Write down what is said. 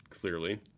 clearly